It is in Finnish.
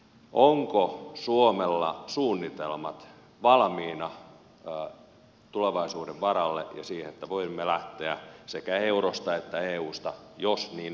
onko suomella suunnitelmat valmiina tulevaisuuden varalle ja siihen että voimme lähteä sekä eurosta että eusta jos niin yhdessä päätämme